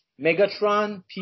Megatron